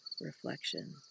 reflection